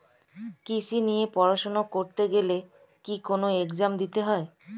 কৃষি নিয়ে পড়াশোনা করতে গেলে কি কোন এগজাম দিতে হয়?